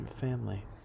family